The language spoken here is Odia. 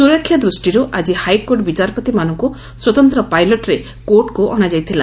ସୁରକ୍ଷା ଦୂଷିରୁ ଆକି ହାଇକୋର୍ଟ ବିଚାରପତିମାନଙ୍ଙ୍ ସ୍ୱତନ୍ତ ପାଇଲଟ୍ରେ କୋର୍ଟକୁ ଅଣାଯାଇଥିଲା